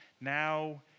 now